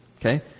Okay